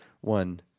one